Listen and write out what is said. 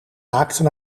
maakten